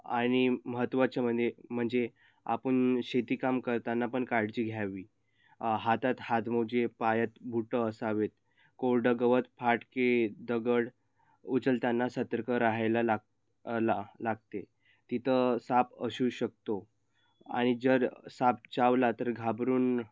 आणि महत्त्वाच म्हणजे म्हणजे आपण शेतीकाम करतानापण काळजी घ्यावी हातात हातमोजे पायात बुटं असावेत कोरडं गवत फाटके दगड उचलताना सतर्क राहायला ला ला लागते तिथं साप असू शकतो आणि जर साप चावला तर घाबरून